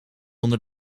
onder